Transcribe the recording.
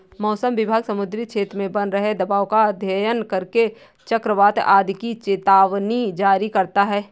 मौसम विभाग समुद्री क्षेत्र में बन रहे दबाव का अध्ययन करके चक्रवात आदि की चेतावनी जारी करता है